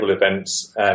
events